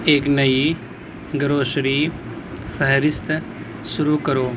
ایک نئی گروسری فہرست شروع کرو